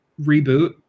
reboot